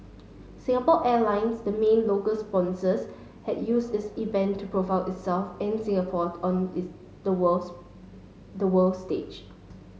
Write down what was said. Singapore Airlines the mean local sponsors has use these event to profile itself and Singapore on the worlds the world stage